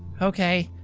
okay.